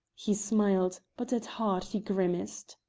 he smiled, but at heart he grimaced.